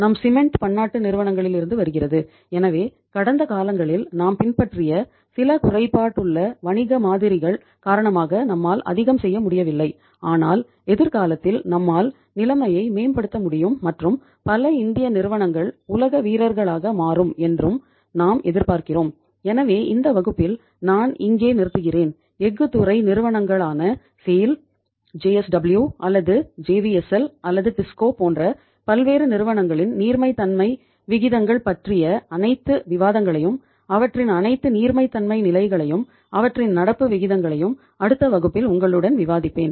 நம் சிமென்ட் போன்ற பல்வேறு நிறுவனங்களின் நீர்மைத்தன்மை விகிதங்கள் பற்றிய அனைத்து விவாதங்களையும் அவற்றின் அனைத்து நீர்மைத்தன்மை நிலைகளையும் அவற்றின் நடப்பு விகிதங்களையும் அடுத்த வகுப்பில் உங்களுடன் விவாதிப்பேன்